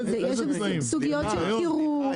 יש שם סוגיות של קירור ועוד.